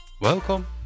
Welcome